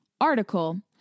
article